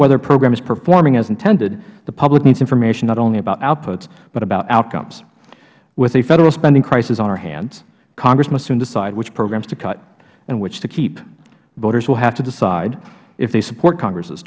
whether a program is performing as intended the public needs information not only about outputs but also about outcomes with a federal spending crisis on our hands congress must soon decide which programs to cut and which to keep voters will have to decide if they support congress